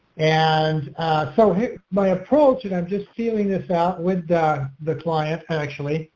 and so my approach and i'm just feeling this out with the client. actually,